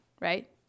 right